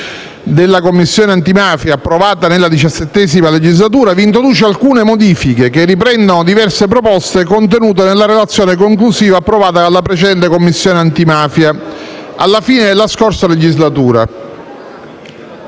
della Commissione antimafia approvata nella XVII legislatura, introduce alcune modifiche che riprendono diverse proposte contenute nella relazione conclusiva approvata dalla precedente Commissione antimafia alla fine della scorsa legislatura.